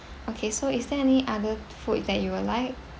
okay so is there any other food that you would like